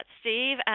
Steve